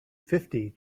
fifty